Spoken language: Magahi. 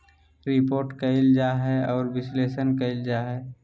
रिपोर्ट कइल जा हइ और विश्लेषण कइल जा हइ